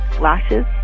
lashes